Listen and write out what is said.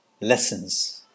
lessons